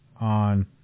on